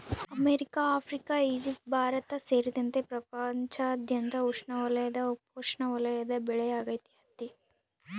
America Africa Egypt Bharat ಸೇರಿದಂತೆ ಪ್ರಪಂಚದಾದ್ಯಂತ ಉಷ್ಣವಲಯದ ಉಪೋಷ್ಣವಲಯದ ಬೆಳೆಯಾಗೈತಿ ಹತ್ತಿ